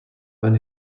when